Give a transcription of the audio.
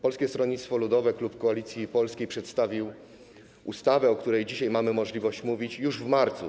Polskie Stronnictwo Ludowe i klub Koalicji Polskiej przedstawiły ustawę, o której dzisiaj mamy możliwość mówić, już w marcu.